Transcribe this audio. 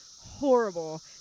horrible